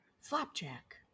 Flapjack